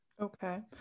Okay